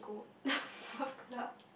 Taf club